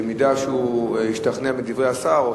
במידה שהוא השתכנע מדברי השר,